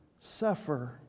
suffer